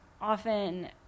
often